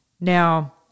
Now